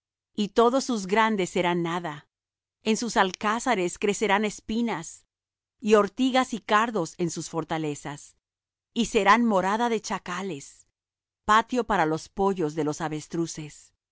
y todos sus grandes serán nada en sus alcázares crecerán espinas y ortigas y cardos en sus fortalezas y serán morada de chacales patio para los pollos de los avestruces